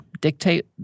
dictate